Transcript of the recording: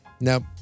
Nope